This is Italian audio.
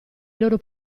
loro